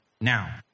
Now